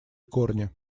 корни